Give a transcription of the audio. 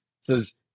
Says